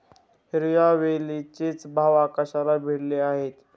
हिरव्या वेलचीचे भाव आकाशाला भिडले आहेत